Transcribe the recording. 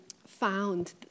found